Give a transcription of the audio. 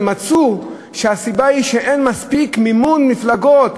ומצאו שהסיבה היא שאין מספיק מימון מפלגות,